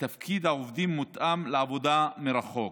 ותפקיד העובדים מותאם לעבודה מרחוק,